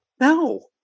No